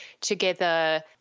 together